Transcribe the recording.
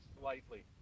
slightly